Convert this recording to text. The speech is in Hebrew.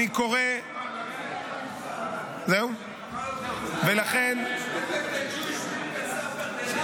אני קורא --- Haven't the Jewish People suffered enough?